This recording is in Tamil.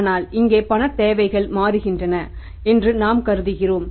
ஆனால் இங்கே பணத் தேவைகள் மாறுகின்றன என்று நாம் கருதுகிறோம்